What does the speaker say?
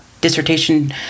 dissertation